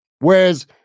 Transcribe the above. Whereas